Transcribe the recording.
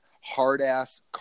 hard-ass